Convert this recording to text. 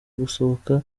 gusohoka